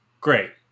great